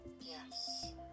Yes